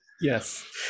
yes